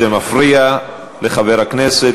זה מפריע לחבר הכנסת,